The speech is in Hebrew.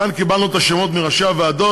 כאן קיבלנו את השמות מראשי הוועדות,